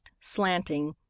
slanting